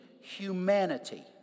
humanity